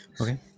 Okay